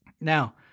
Now